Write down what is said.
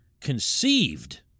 conceived